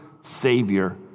Savior